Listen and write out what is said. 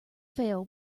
fail